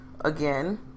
again